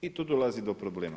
I tu dolazi do problema.